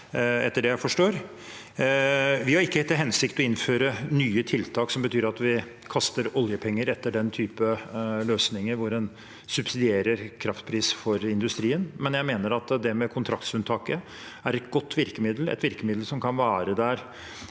Vi har ikke til hensikt å innføre nye tiltak som betyr at vi kaster oljepenger etter løsninger der en subsidierer kraftpris for industrien, men jeg mener at kontraktsunntak er et godt virkemiddel. Det er et